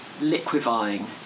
liquefying